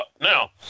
Now